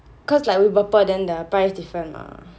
cause like we burpple then the price different mah